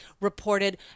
reported